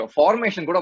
formation